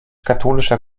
katholischer